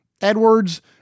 Edwards